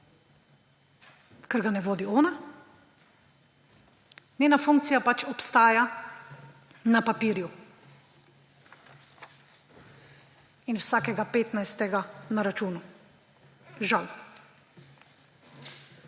ker ga ne vodi ona, njena funkcija pač obstaja na papirju in vsakega petnajstega na računu. Žal.